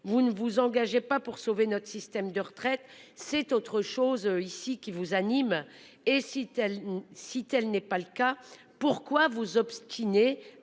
Vous ne vous engagez pas pour sauver notre système de retraite, c'est autre chose ici qui vous anime. Et si tel site. Elle n'est pas le cas, pourquoi vous obstiner à